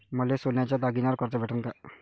मले सोन्याच्या दागिन्यावर कर्ज भेटन का?